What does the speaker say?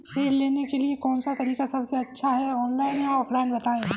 ऋण लेने के लिए कौन सा तरीका सबसे अच्छा है ऑनलाइन या ऑफलाइन बताएँ?